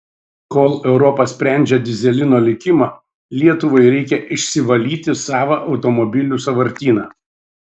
kol europa sprendžia dyzelino likimą lietuvai reikia išsivalyti savą automobilių sąvartyną